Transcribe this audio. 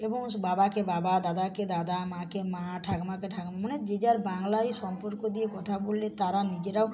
এবং স্ বাবাকে বাবা দাদাকে দাদা মাকে মা ঠাকুমাকে ঠাকুমা মানে যে যার বাংলায়ই সম্পর্ক দিয়ে কথা বললে তারা নিজেরাও